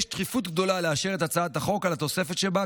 יש דחיפות גדולה לאשר את הצעת החוק על התוספת שבה,